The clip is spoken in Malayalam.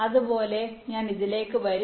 അതുപോലെ ഞാൻ ഇതിലേക്ക് വരും